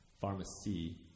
pharmacy